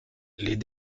les